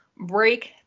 Break